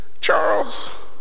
Charles